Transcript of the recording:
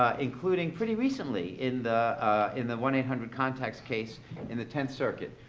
ah including pretty recently in the in the one eight hundred contacts case in the tenth circuit,